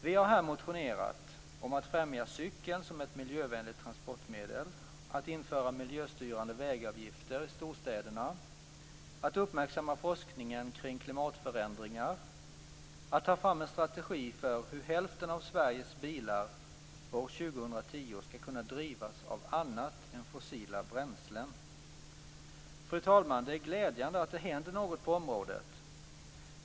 Vi har här motionerat om att främja cykeln som ett miljövänligt transportmedel, att införa miljöstyrande vägavgifter i storstäderna, att uppmärksamma forskningen kring klimatförändringar, att ta fram en strategi för hur hälften av Sveriges bilar år 2010 skall kunna drivas av annat än fossila bränslen. Fru talman! Det är glädjande att det händer något på området.